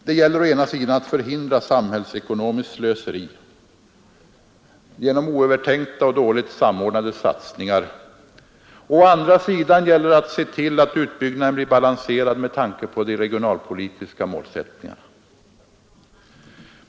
Det gäller å ena sidan att förhindra samhällsekonomiskt slöseri genom oövertänkta och dåligt samordnade satsningar. Å andra sidan gäller det att se till att utbyggnaden blir balanserad med tanke på de regionalpolitiska målsättningarna.